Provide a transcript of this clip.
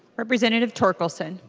representative torkelson